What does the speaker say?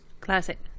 Classic